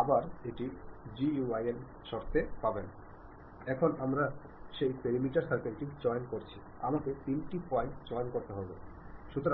ആവശ്യത്തിനുള്ള ആശയവിനിമയവും സംഘടനാപരമായ ആശയവിനിമയവും തമ്മിലുള്ള വ്യത്യാസം മനസ്സിലാക്കുന്നത് എല്ലായ്പ്പോഴും നല്ലതാണ്